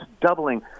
doubling